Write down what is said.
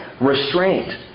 restraint